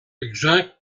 exact